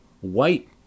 white